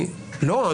לא.